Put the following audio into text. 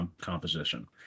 composition